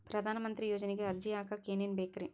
ಪ್ರಧಾನಮಂತ್ರಿ ಯೋಜನೆಗೆ ಅರ್ಜಿ ಹಾಕಕ್ ಏನೇನ್ ಬೇಕ್ರಿ?